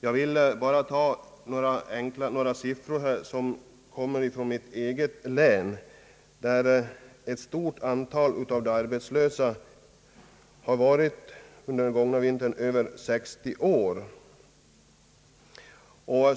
Av de arbetslösa i mitt län under den gångna vintern har ett stort antal varit över 60 år.